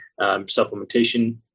supplementation